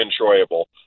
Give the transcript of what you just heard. enjoyable